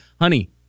honey